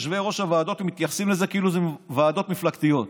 יושבי-ראש הוועדות מתייחסים לזה כאילו זה ועדות מפלגתיות.